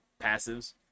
passives